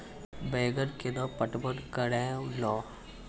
बैंगन केना पटवन करऽ लो?